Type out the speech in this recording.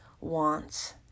wants